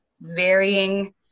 varying